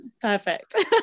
perfect